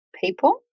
people